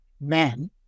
men